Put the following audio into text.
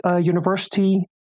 University